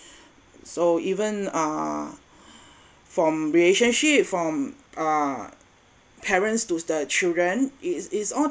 so even uh from relationship from uh parents to the children is is all